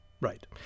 Right